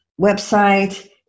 website